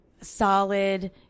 solid